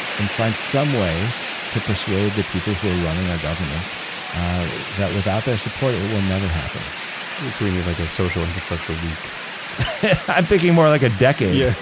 and find some way to persuade the people who are running our government that without their support, it will never happen it's we need like a social infrastructure week i'm thinking more like a decade yeah,